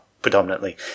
Predominantly